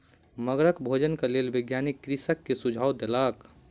मगरक भोजन के लेल वैज्ञानिक कृषक के सुझाव देलक